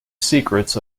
secrets